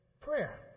Prayer